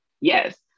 Yes